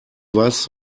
was